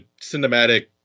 cinematic